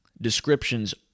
descriptions